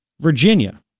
Virginia